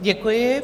Děkuji.